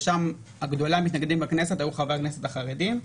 ושם גדולי המתנגדים בכנסת היו חברי הכנסת החרדים.